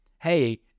hey